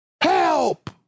help